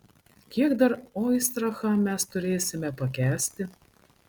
kiek dar oistrachą mes turėsime pakęsti